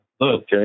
Okay